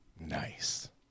Nice